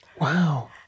wow